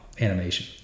animation